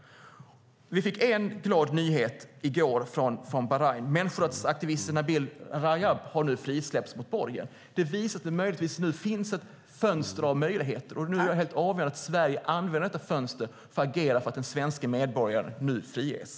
Vi fick en glad nyhet i går från Bahrain. Människorättsaktivisten Nabeel Rajab har släppts fri mot borgen. Det visar att det möjligtvis finns en öppning, och det är avgörande att Sverige använder denna öppning och agerar för att den svenske medborgaren friges.